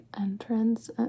entrance